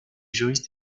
juristes